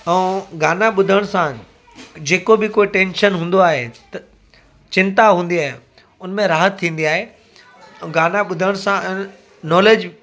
ऐं गाना ॿुधण सां जेको बि कोई टेंशन हूंदो आहे त चिंता हूंदी आहे हुन में राहत थींदी आहे ऐं गाना ॿुधण सां नॉलेज